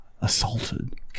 assaulted